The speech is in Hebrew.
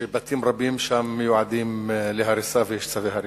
שבתים רבים שם מיועדים להריסה ויש צווי הריסה.